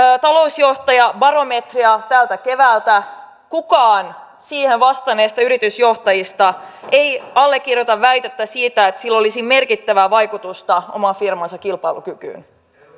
talousjohtajabarometria tältä keväältä kukaan siihen vastanneista yritysjohtajista ei allekirjoita väitettä siitä että sillä olisi merkittävää vaikutusta oman firmansa kilpailukykyyn